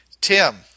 Tim